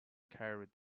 carried